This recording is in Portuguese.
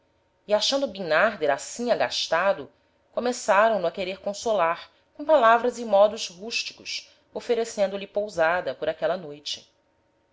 e achando bimnarder assim agastado começaram no a querer consolar com palavras e modos rusticos oferecendo-lhe pousada por aquela noite